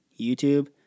YouTube